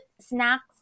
snacks